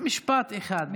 משפט אחד.